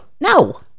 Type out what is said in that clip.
no